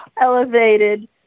elevated